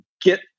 get